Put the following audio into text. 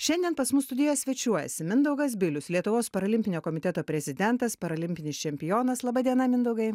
šiandien pas mus studijoje svečiuojasi mindaugas bilius lietuvos paralimpinio komiteto prezidentas paralimpinis čempionas laba diena mindaugai